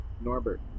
Norbert